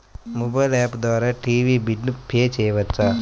Mobile app ద్వారా TV bill pay చేయవచ్చా?